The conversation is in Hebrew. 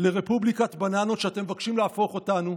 לרפובליקת הבננות שאתם מבקשים להפוך אותנו.